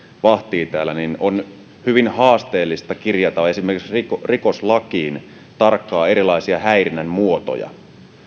vahtii täällä niin on hyvin haasteellista kirjata esimerkiksi rikoslakiin tarkkaan erilaisia häirinnän muotoja